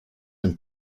dem